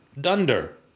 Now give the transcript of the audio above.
Dunder